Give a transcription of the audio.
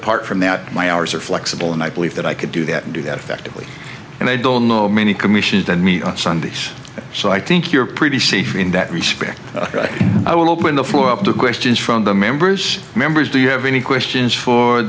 apart from that my hours are flexible and i believe that i could do that and do that effectively and i don't know many commissions that me on sundays so i think you're pretty safe in that respect i will open the floor up to questions from the members members do you have any questions for